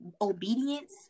obedience